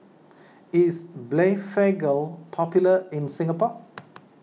is Blephagel popular in Singapore